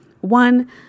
one